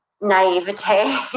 naivete